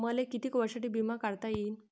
मले कितीक वर्षासाठी बिमा काढता येईन?